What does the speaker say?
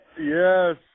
Yes